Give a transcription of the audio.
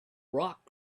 rock